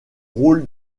rôle